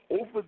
over